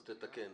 אז תתקן,